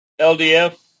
LDF